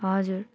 हजुर